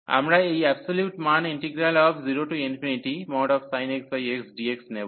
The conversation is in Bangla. আমরা এই অ্যাবসোলিউট মান 0 sin xx dx নেব